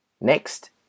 Next